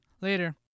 Later